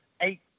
eight